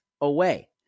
away